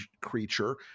creature